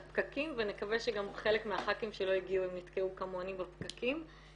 הפקקים ונקווה שגם חלק מהח"כים שלא הגיעו נתקעו כמוני בפקקים.